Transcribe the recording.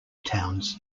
towns